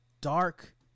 dark